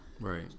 Right